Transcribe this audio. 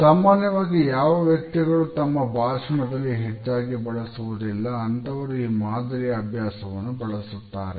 ಸಾಮಾನ್ಯವಾಗಿ ಯಾವ ವ್ಯಕ್ತಿಗಳು ತಮ್ಮ ಭಾಷಣದಲ್ಲಿ ಹೆಚ್ಚಾಗಿ ಬಳಸುವುದಿಲ್ಲ ಅಂತವರು ಈ ಮಾದರಿಯ ಅಭ್ಯಾಸವನ್ನು ಬಳಸುತ್ತಾರೆ